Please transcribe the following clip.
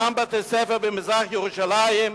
אותם בתי-ספר במזרח-ירושלים,